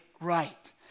right